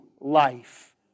life